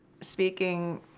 speaking